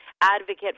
advocate